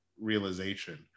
realization